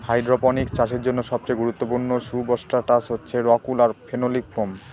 hydroponics চাষের জন্য সবচেয়ে গুরুত্বপূর্ণ সুবস্ট্রাটাস হচ্ছে রক উল আর ফেনোলিক ফোম